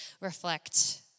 reflect